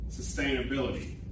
sustainability